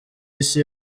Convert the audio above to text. isi